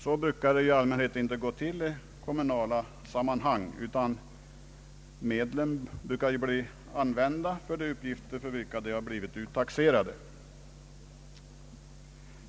Så brukar det inte gå till i kommunala sammanhang, utan medlen brukar användas till de uppgifter för vilka de blivit uttaxerade.